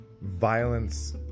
violence